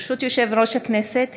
ברשות יושב-ראש הכנסת,